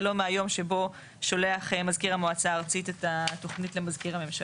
ולא מהיום שבו שולח מזכיר המועצה הארצית את התוכנית למזכיר הממשלה.